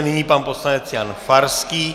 Nyní pan poslanec Jan Farský.